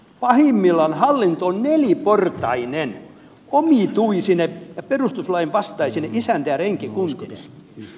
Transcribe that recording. pahimmillaan hallinto on neliportainen omituisine ja perustuslain vastaisine isäntä ja renkikuntineen